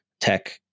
tech